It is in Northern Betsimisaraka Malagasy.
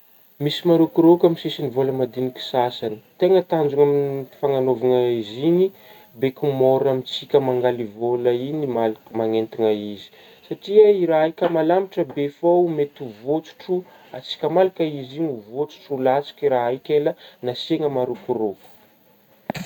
Misy marokoroko amin'gny sisigny vôla madinika sasagny ,tegna tanjogna amin-n-fanagnaovagna izy igny be ko môra amintsika mangaly vôla igny malik-manentagna izy satria i-raha igny ka malanitra be fô mety ho vôtsotro antsika malaka izy igny vôtsotro latsaka raha igny ka ela nasiagna marokoroko.